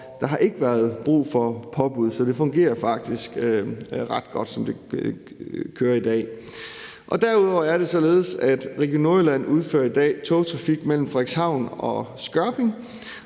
der har ikke været brug for påbud. Så det fungerer faktisk ret godt, som det kører i dag. Derudover er det således, at Region Nordjylland i dag udfører togtrafik mellem Frederikshavn og Skørping,